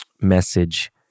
message